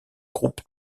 groupes